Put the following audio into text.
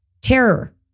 terror